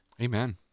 amen